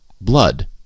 blood